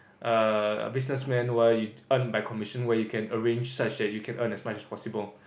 uh a business man where you earn by commission where you can arrange such that you can earn as much as possible